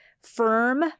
firm